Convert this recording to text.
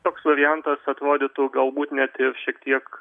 toks variantas atrodytų galbūt net ir šiek tiek